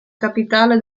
capitale